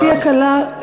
חברתי הכלה,